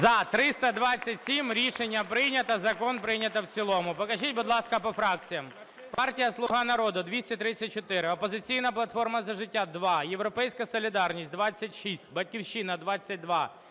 За-327 Рішення прийнято. Закон прийнято в цілому. Покажіть, будь ласка, по фракціям. Партія "Слуга народу" – 234, "Опозиційна платформа – За життя" – 2, "Європейська солідарність" – 26, "Батьківщина"